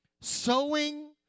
sowing